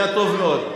היה טוב מאוד.